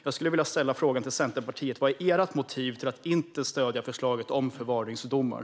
Jag skulle vilja ställa frågan till Centerpartiet: Vad är ert motiv till att inte stödja förslaget om förvaringsdomar?